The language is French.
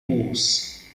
épouse